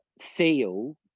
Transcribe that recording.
Seal